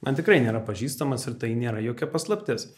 man tikrai nėra pažįstamas ir tai nėra jokia paslaptis